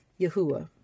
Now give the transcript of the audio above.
Yahuwah